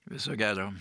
viso gero